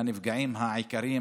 והנפגעים העיקריים,